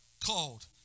called